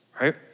right